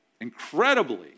incredibly